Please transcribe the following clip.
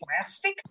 plastic